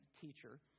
teacher